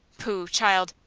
pooh! child!